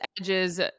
edges